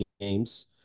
games